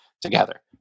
together